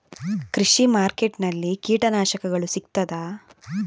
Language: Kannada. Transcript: ಕೃಷಿಮಾರ್ಕೆಟ್ ನಲ್ಲಿ ಕೀಟನಾಶಕಗಳು ಸಿಗ್ತದಾ?